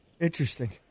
Interesting